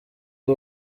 ubu